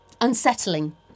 Unsettling